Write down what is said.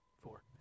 Four